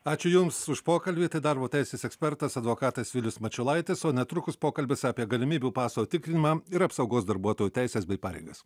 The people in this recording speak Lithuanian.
ačiū jums už pokalbį tai darbo teisės ekspertas advokatas vilius mačiulaitis o netrukus pokalbis apie galimybių paso tikrinimą ir apsaugos darbuotojų teises bei pareigas